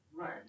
Right